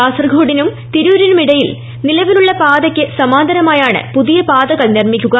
കാസർഗോ ഡിനും തിരൂരിനുമിടയിൽ നിലവിലുള്ള പാതയ്ക്ക് സമാന്തരമായാണ് പുതിയ പാതകൾ നിർമിക്കുക